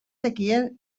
zekien